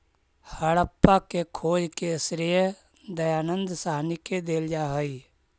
हड़प्पा के खोज के श्रेय दयानन्द साहनी के देल जा हई